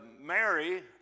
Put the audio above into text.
Mary